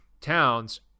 Towns